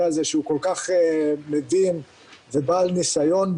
הזה שהוא כל כך מבין בו ובעל ניסיון.